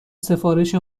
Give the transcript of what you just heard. سفارش